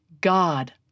God